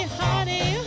honey